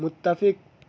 متفق